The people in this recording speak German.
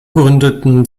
gründeten